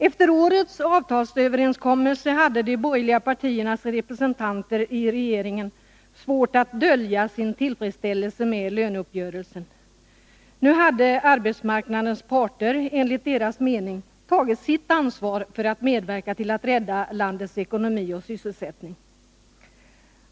Efter årets avtalsöverenskommelse hade de borgerliga partiernas representanter i regeringen svårt att dölja sin tillfredsställelse med löneuppgörelsen. Nu hade arbetsmarknadens parter — enligt deras mening — tagit sitt ansvar för att medverka till att rädda landets ekonomi och sysselsättning.